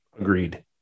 Agreed